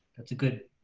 that's a good,